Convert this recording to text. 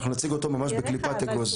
אנחנו נציג אותו ממש בקליפת האגוז.